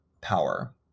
power